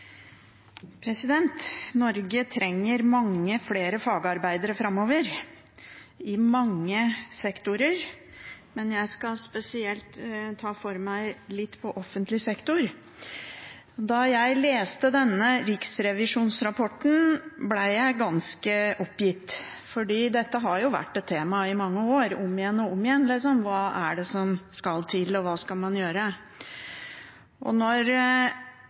Norge trenger mange flere fagarbeidere framover, i mange sektorer, men jeg skal spesielt ta for meg litt om offentlig sektor. Da jeg leste denne riksrevisjonsrapporten, ble jeg ganske oppgitt, for i mange år har det vært et tema – om igjen og om igjen – hva det er som skal til, og hva man skal gjøre. Og når